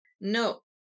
No